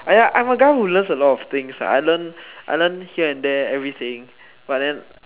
ah ya I'm a guy who learns a lot of things ah I learn I learn here and there everything but then